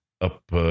up